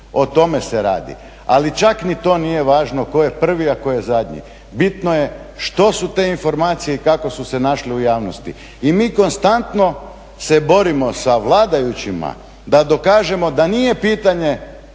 o tome se radi. Ali čak ni to nije važno tko je prvi a tko je zadnji bitno je što su te informacije i kako su se našle u javnosti. I mi konstantno se borimo sa vladajućima da dokažemo da nije pitanje